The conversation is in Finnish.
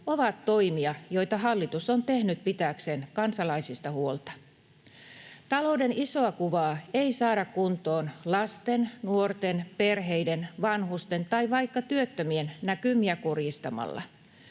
ovat toimia, joita hallitus on tehnyt pitääkseen kansalaisista huolta. Talouden isoa kuvaa ei saada kuntoon lasten, nuorten, perheiden, vanhusten tai vaikka työttömien näkymiä kurjistamalla.